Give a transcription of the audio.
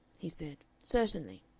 he said, certainly,